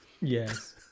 Yes